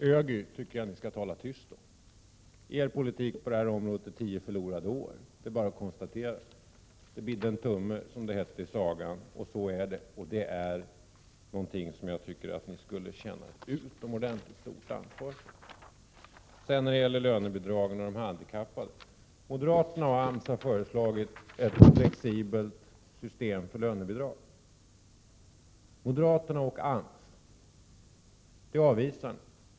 ÖGY tycker jag att ni skall tala tyst om. Er politik på det området är tio förlorade år — det är bara att konstatera. Det bidde en tumme, som det hette i sagan. Så är det, och det tycker jag att ni skulle känna ett utomordentligt stort ansvar för. Beträffande lönebidragen och de handikappade: Moderaterna och AMS har föreslagit ett flexibelt system för lönebidrag, men det avvisar ni.